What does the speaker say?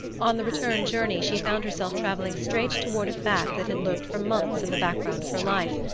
on the return journey she found herself travelling straight toward a fact that had lurked for months in the background of her life,